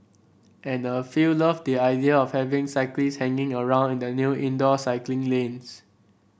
and a few loved the idea of having cyclists hanging around in the new indoor cycling lanes